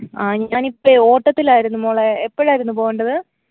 ആ ഞാനിപ്പം ഓട്ടത്തിലായിരുന്നു മോളേ എപ്പോഴായിരുന്നു പോവേണ്ടത്